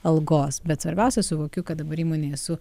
algos bet svarbiausia suvokiu kad dabar įmonėj esu